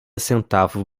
centavo